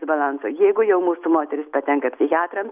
disbalansą jeigu jau mūsų moterys patenka psichiatram